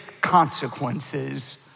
consequences